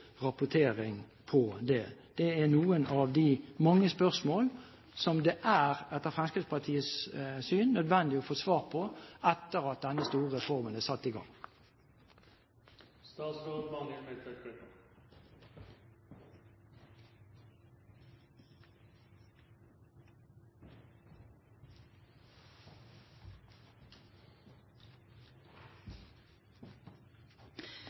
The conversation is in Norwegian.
rapportering om det? Det er noen av de mange spørsmål som det etter Fremskrittspartiets syn er nødvendig å få svar på etter at denne store reformen er satt i